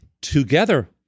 together